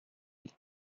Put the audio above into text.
with